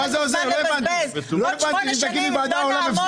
אין לנו זמן לבזבז, עוד שמונה שנים, אם לא נעמוד